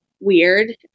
weird